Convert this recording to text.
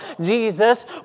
Jesus